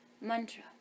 mantra